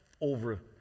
over